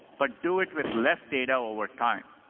but do it with less data over time.